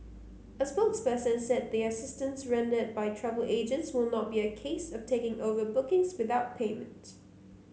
a spokesperson said the assistance rendered by travel agents will not be a case of taking over bookings without payment